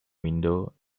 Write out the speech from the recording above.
window